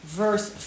verse